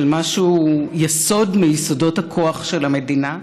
מה שהוא יסוד מיסודות הכוח של המדינה,